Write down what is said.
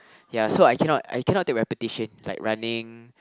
ya so I cannot I cannot take repetitions like running